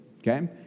Okay